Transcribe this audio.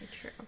True